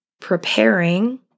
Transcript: preparing